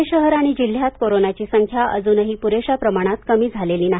पुणे शहर आणि जिल्ह्यात कोरोनाची संख्या अजूनही पुरेशा प्रमाणात कमी झालेली नाही